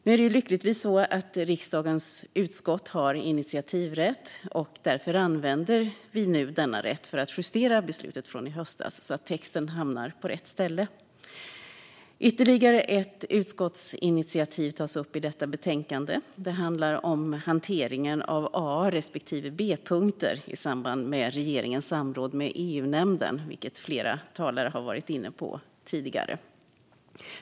Nu har lyckligtvis riksdagens utskott initiativrätt, och därför använder vi nu denna rätt för att justera beslutet från i höstas så att texten hamnar på rätt ställe. Ytterligare ett utskottsinitiativ tas upp i betänkandet. Det handlar om hanteringen av A respektive B-punkter i samband med regeringens samråd med EU-nämnden, vilket flera talare har varit inne på tidigare.